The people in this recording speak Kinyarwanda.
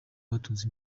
batunze